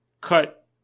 cut